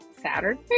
Saturday